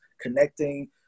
connecting